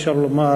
אפשר לומר,